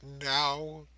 now